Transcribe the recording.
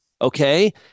okay